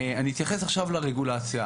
אני אתייחס עכשיו לרגולציה.